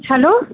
hello